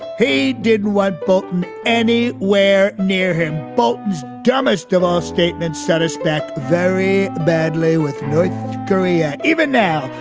he did what bolton. any where near him bolton's dumbest of all statements set us back very badly with north korea. even now.